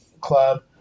Club